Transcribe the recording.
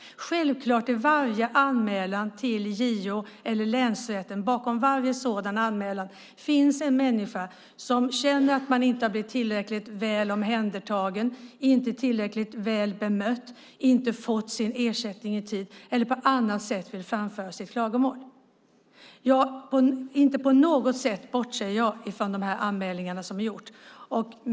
Självklart finns det bakom varje anmälan till JO eller länsrätten en människa som känner att han inte har blivit tillräckligt väl omhändertagen, inte tillräckligt väl bemött, inte fått sin ersättning i tid eller som på annat sätt vill framföra sitt klagomål. Inte på något sätt bortser jag från de anmälningar som är gjorda.